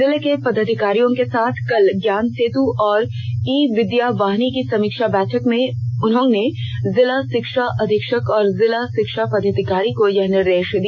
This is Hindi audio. जिले के पदाधिकारियों के साथ कल ज्ञान सेत् और ई विद्या वाहिनी की समीक्षा बैठक में उन्होंने जिला शिक्षा अधीक्षक और जिला शिक्षा पदाधिकारी को यह निर्देष दिया